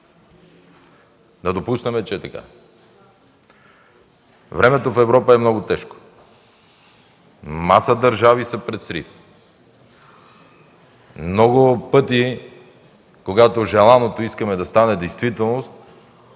Да допуснем, че е така. Времето в Европа е много тежко. Маса държави са пред срив. Много пъти, когато искаме желаното да стане действителност,